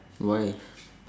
why